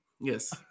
Yes